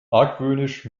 argwöhnisch